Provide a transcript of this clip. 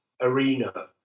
arena